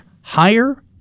higher